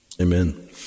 Amen